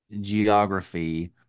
geography